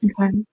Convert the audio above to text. Okay